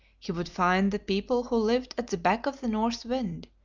he would find the people who lived at the back of the north wind,